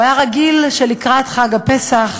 הוא היה רגיל שלקראת חג הפסח